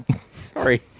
Sorry